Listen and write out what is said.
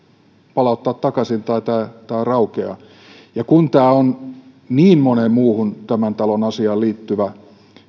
palauttaa takaisin tai tämä raukeaa ja kun tämä sote uudistus on niin moneen muuhun tämän talon asiaan liittyvä